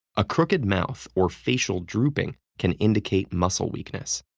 a crooked mouth or facial drooping can indicate muscle weakness.